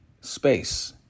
space